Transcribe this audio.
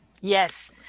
yes